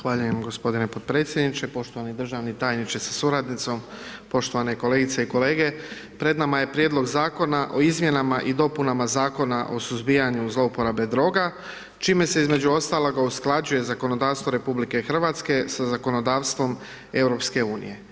Zahvaljujem gospodine podpredsjedniče, poštovani državni tajniče sa suradnicom, poštovane kolegice i kolege, pred nama je Prijedlog Zakona o izmjenama i dopunama Zakona o suzbijanju zlouporabe droga čime se između ostaloga usklađuje zakonodavstvo RH sa zakonodavstvom EU.